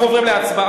אנחנו עוברים להצבעה,